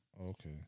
Okay